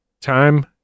Time